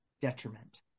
detriment